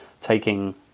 taking